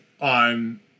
on